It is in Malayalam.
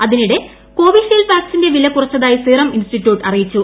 അതിനിടെ കോവിഷീൽഡ് വാക്സിന്റെവില കുറച്ചതായി സീറം ഇൻസ്റ്റിറ്റ്യൂട്ട് അറിയിച്ചു